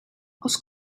als